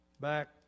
back